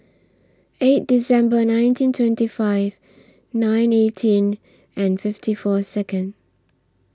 eight December nineteen twenty five nine eighteen and fifty four Second